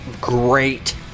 great